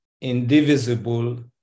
indivisible